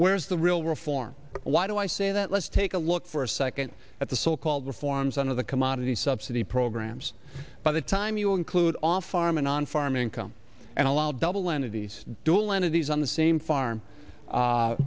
where's the real reform why do i say that let's take a look for a second at the so called reforms under the commodity subsidy programs by the time you food off farm and on farm income and allow double entities dual entities on the same farm a